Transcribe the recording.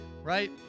right